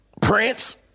Prince